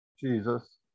Jesus